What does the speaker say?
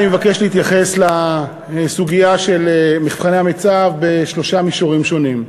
אני מבקש להתייחס לסוגיה של מבחני המיצ"ב בשלושה מישורים שונים.